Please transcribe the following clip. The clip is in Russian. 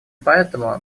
поэтому